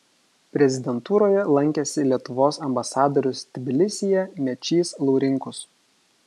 prezidentūroje lankėsi lietuvos ambasadorius tbilisyje mečys laurinkus